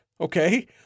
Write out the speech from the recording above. okay